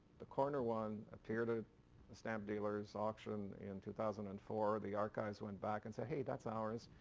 the corner one appeared at a stamp dealers auction in two thousand and four. the archives went back and said, hey, that's ours,